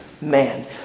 man